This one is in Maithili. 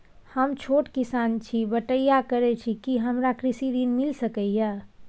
हम छोट किसान छी, बटईया करे छी कि हमरा कृषि ऋण मिल सके या?